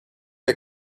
der